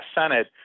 Senate